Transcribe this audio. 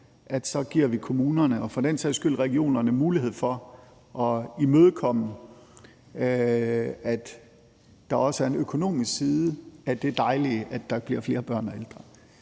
så giver kommunerne og for den sags skyld regionerne mulighed for at imødekomme, at der også er en økonomisk side af det dejlige, at der bliver flere børn og ældre.